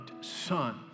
son